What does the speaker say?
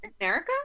america